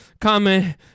comment